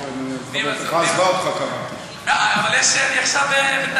לא לא, אני רוצה מקליבלנד גם טבעת.